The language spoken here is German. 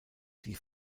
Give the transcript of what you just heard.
die